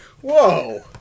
Whoa